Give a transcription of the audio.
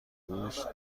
دوست